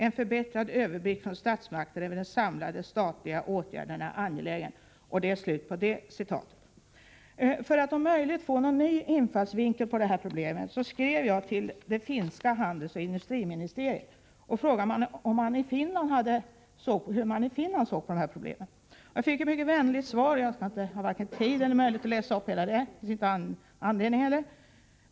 En förbättrad överblick från statsmakterna över de samlade statliga åtgärderna är angelägen.” För att om möjligt få en ny infallsvinkel på detta problem skrev jag till det finska handelsoch industriministeriet och frågade hur man i Finland såg på det. Jag fick ett mycket vänligt svar, som jag inte hinner läsa upp i dess helhet —det finns heller ingen anledning att göra det.